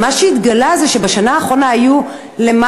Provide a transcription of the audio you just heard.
אבל מה שהתגלה זה שבשנה האחרונה יותר